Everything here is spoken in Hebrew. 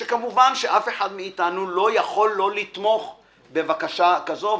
שכמובן אף אחד מאתנו לא יכול שלא לתמוך בבקשה כזו,